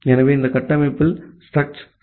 ஆகவே இந்த கட்டமைப்பில் struct sockaddr உள்ளது